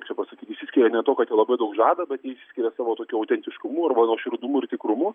kaip čia pasakyt išsiskiria ne tuo kad jie labai daug žada bet jie išsiskiria savo tokiu autentiškumu arba nuoširdumu ir tikrumu